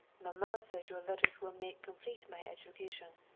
maman say your letters will make complete my education.